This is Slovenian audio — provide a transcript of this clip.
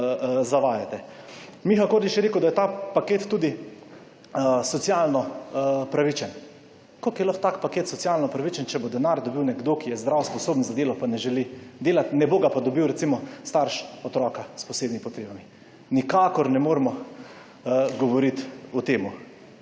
Miha Kordiš je rekel, da je ta paket tudi socialno pravičen. Kako je lahko tak paket socialno pravičen, če bo denar dobil nekdo, ki je zdrav, sposoben za delo, pa ne želi delati, ne bo ga pa bodil, recimo, starš otroka s posebnimi potrebami; nikakor ne moremo govoriti o tem.